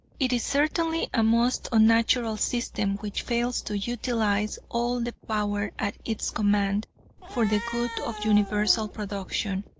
it is certainly a most unnatural system which fails to utilize all the power at its command for the good of universal production,